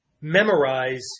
memorize